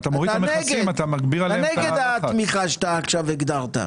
אתה נגד התמיכה שאתה עכשיו הגדרת.